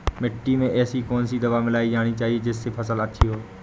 मिट्टी में ऐसी कौन सी दवा मिलाई जानी चाहिए जिससे फसल अच्छी हो?